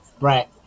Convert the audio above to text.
right